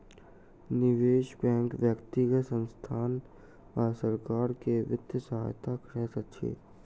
निवेश बैंक व्यक्तिगत संसथान आ सरकार के वित्तीय सहायता करैत अछि